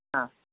हा